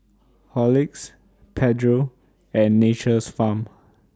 Horlicks Pedro and Nature's Farm